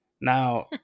Now